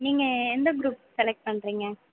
நீங்கள் எந்த group select பண்ணுறீங்க